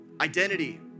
identity